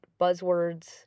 buzzwords